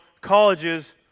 colleges